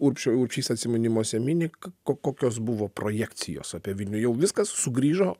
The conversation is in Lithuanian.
urbšio urbšys atsiminimuose mini ko kokios buvo projekcijos apie vilnių jau viskas sugrįžo